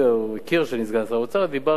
הוא הכיר שאני סגן שר האוצר, דיברנו.